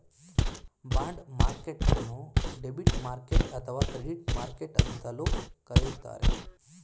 bond ಮಾರ್ಕೆಟ್ಟನ್ನು debit market ಅಥವಾ credit market ಅಂತಲೂ ಕರೆಯುತ್ತಾರೆ